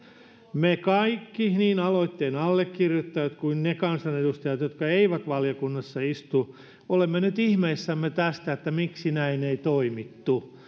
me kaikki niin aloitteen allekirjoittajat kuin ne kansanedustajat jotka eivät valiokunnassa istu olemme nyt ihmeissämme siitä miksi näin ei toimittu